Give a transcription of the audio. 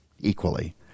equally